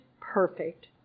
perfect